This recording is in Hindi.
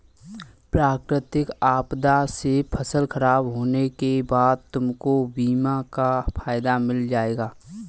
प्राकृतिक आपदा से फसल खराब होने के बाद तुमको बीमा का फायदा मिल जाएगा